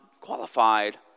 qualified